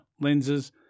lenses